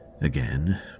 Again